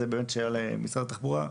זו יותר שאלה למשרד התחבורה,